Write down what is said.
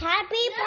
Happy